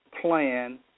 plan